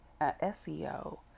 SEO